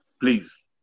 Please